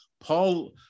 Paul